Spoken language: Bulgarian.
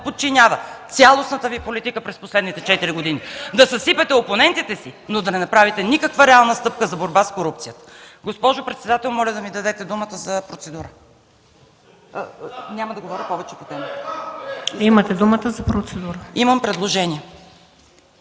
подчинява цялостната Ви политика през последните четири години – да съсипете опонентите си, но да не направите никаква реална стъпка за борба с корупцията. Госпожо председател, моля да ми дадете думата за процедура. Няма да говоря повече по темата. (Шум и реплики